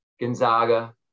Gonzaga